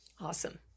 Awesome